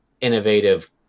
innovative